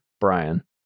brian